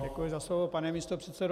Děkuji za slovo, pane místopředsedo.